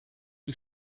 die